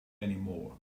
anymore